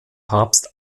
papst